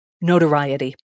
Notoriety